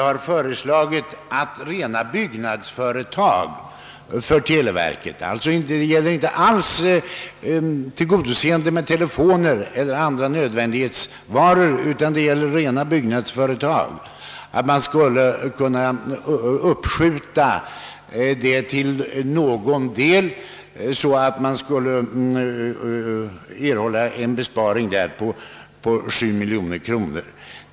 Det föreslås där att rena byggnadsföretag för televerket — alltså inte någonting som har att göra med tillgodoseende av behovet av telefoner eller andra nödvändighetsvaror — till någon del skulle uppskjutas, varigenom detta år en besparing på 7 miljoner kronor skulle åstadkommas.